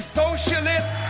socialist